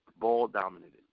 ball-dominated